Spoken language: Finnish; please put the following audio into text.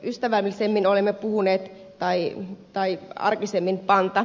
arkisemmin olemme puhuneet pantavalvonnasta